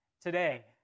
today